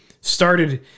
started